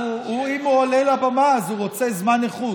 אם הוא עולה לבמה אז הוא רוצה זמן איכות.